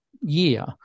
year